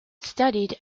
studied